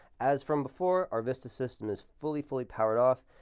as from before, our vista system is fully, fully powered off.